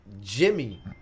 Jimmy